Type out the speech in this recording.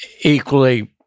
equally